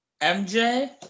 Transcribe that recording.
MJ